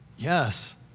Yes